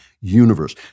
universe